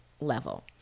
level